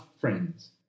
friends